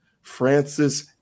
Francis